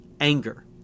Anger